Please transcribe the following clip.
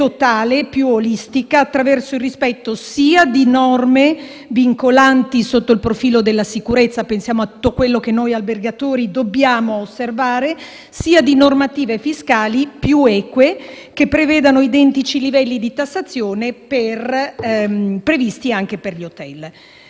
ed olistica, attraverso il rispetto sia di norme vincolanti sotto il profilo della sicurezza - pensiamo a tutto quello che noi albergatori dobbiamo osservare - sia di normative fiscali più eque che prevedano identici livelli di tassazione previsti anche per gli hotel.